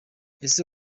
ese